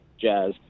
jazz